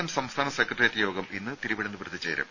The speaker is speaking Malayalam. എം സംസ്ഥാന സെക്രട്ടറിയേറ്റ് യോഗം ഇന്ന് തിരുവനന്തപുരത്ത് ചേരും